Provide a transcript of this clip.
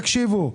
תקשיבו,